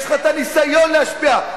יש לך הניסיון להשפיע.